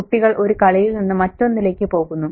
കുട്ടികൾ ഒരു കളിയിൽ നിന്ന് മറ്റൊന്നിലേക്ക് പോകുന്നു